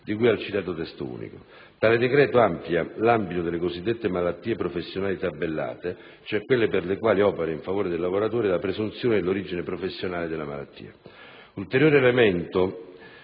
e 211 del citato Testo unico. Tale decreto amplia l'ambito delle cosiddette malattie professionali tabellate, cioè quelle per le quali opera in favore del lavoratore la presunzione dell'origine professionale della malattia. Ulteriore elemento